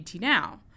Now